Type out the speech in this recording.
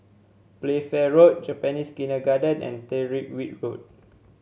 Playfair Road Japanese Kindergarten and Tyrwhitt Road